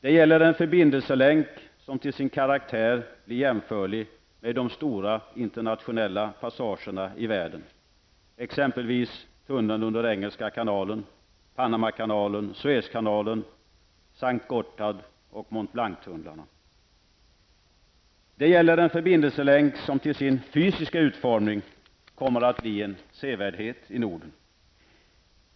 Det gäller en förbindelselänk som till sin karaktär blir jämförlig med de stora internationella passagerna i världen, t.ex. tunneln under Engelska kanalen, Panamakanalen, Suezkanalen, S:t -- Det gäller en förbindelselänk som till sin fysiska utformning kommer att bli en sevärdhet i Norden.